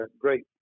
great